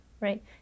right